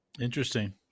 Interesting